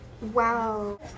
Wow